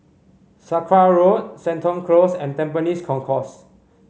Sakra Road Seton Close and Tampines Concourse